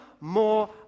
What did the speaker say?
more